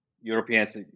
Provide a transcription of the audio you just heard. Europeans